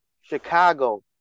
Chicago